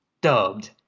dubbed